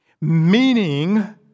Meaning